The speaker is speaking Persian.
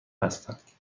هستند